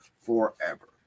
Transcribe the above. forever